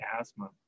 asthma